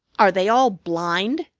are they all blind?